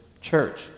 church